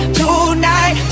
tonight